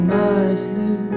nicely